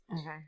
Okay